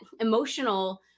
emotional